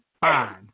Fine